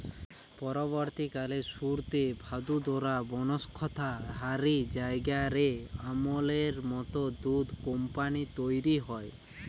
পরবর্তীকালে সুরতে, ভাদোদরা, বনস্কন্থা হারি জায়গা রে আমূলের মত দুধ কম্পানী তইরি হয়